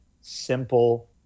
simple